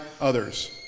others